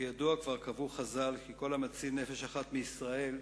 כידוע, כבר קבעו חז"ל כי כל המציל נפש אחת מישראל,